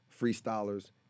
freestylers